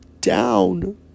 down